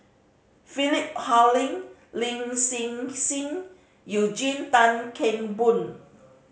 Philip Hoalim Lin Hsin Hsin Eugene Tan Kheng Boon